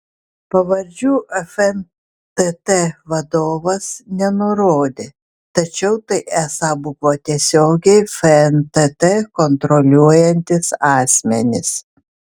pavardžių fntt vadovas nenurodė tačiau tai esą buvo tiesiogiai fntt kontroliuojantys asmenys